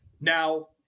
Now